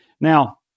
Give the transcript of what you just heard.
Now